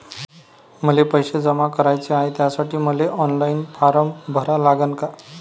मले पैसे जमा कराच हाय, त्यासाठी मले ऑनलाईन फारम भरा लागन का?